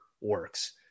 works